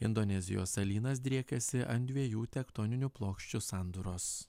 indonezijos salynas driekiasi ant dviejų tektoninių plokščių sandūros